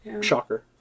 Shocker